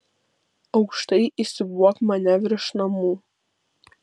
aukštai įsiūbuok mane virš namų